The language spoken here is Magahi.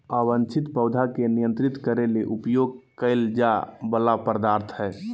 अवांछित पौधा के नियंत्रित करे ले उपयोग कइल जा वला पदार्थ हइ